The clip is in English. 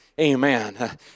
Amen